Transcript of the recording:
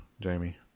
Jamie